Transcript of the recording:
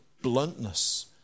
bluntness